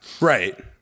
Right